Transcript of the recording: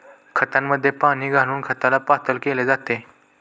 खतामध्ये पाणी घालून खताला पातळ केले जाते